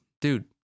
dude